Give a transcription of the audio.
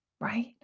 right